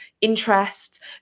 interest